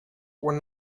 were